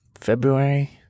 February